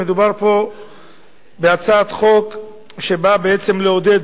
מדובר פה בהצעת חוק שבאה בעצם לעודד